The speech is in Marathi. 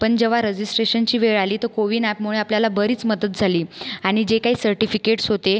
पण जेव्हा रजिस्ट्रेशनची वेळ आली तर कोविन ॲपमुळे आपल्याला बरीच मदत झाली आणि जे काही सर्टिफिकेटस् होते